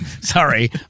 Sorry